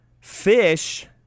Fish